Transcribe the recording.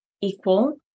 equal